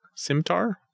Simtar